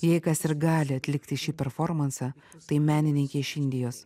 jei kas ir gali atlikti šį performansą tai menininkė iš indijos